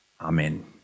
Amen